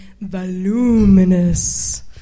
Voluminous